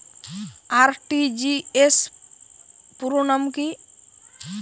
RTGS পুরো নাম কি?